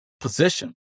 position